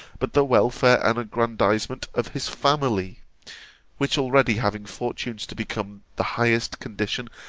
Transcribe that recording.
but the welfare and aggrandizement of his family which already having fortunes to become the highest condition,